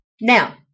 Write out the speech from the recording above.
Now